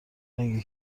لنگه